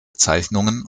zeichnungen